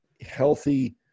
healthy